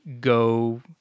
go